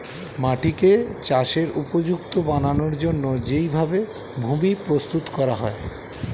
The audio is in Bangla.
মাটিকে চাষের উপযুক্ত বানানোর জন্যে যেই ভাবে ভূমি প্রস্তুত করা হয়